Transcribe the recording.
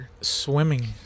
Swimming